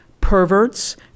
perverts